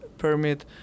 permit